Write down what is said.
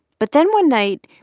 but then one night,